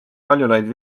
kaljulaid